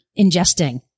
ingesting